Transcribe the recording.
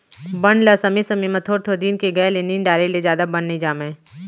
बन ल समे समे म थोर थोर दिन के गए ले निंद डारे ले जादा बन नइ जामय